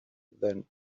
than